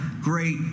great